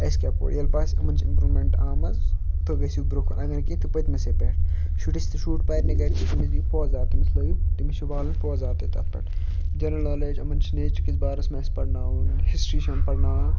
اَسہِ کیٛاہ پوٚر ییٚلہِ باسہِ یِمَن چھِ اِمپروٗمٮ۪نٛٹ آمٕژ تہٕ گٔژھِو برٛونٛہہ کُن اگر نہٕ کیٚنٛہہ تہٕ پٔتۍمِسٕے پٮ۪ٹھ شُرس تہِ شُرۍ پَرِ نہِ گَرِ تہٕ تٔمِس دِیِو پٲزار تٔمِس لٲیِو تٔمِس چھِ والٕنۍ پٲزار تہِ تَتھ پٮ۪ٹھ جَنرَل نالیج یِمَن چھِ نیچر کِس بارَس منٛز اَسہِ پَرناوُن ہِسٹری چھِ یِم پَرناوان